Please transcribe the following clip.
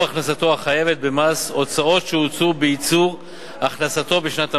הכנסתו החייבת במס הוצאות שהוצאו בייצור הכנסתו בשנת המס.